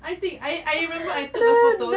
I think I I remember I took a photo